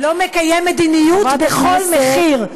לא מקיים מדיניות בכל מחיר.